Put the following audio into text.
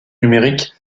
numérique